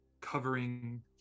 covering